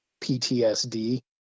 PTSD